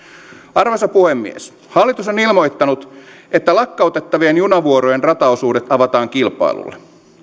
arvoisa puhemies hallitus on ilmoittanut että lakkautettavien junavuorojen rataosuudet avataan kilpailulle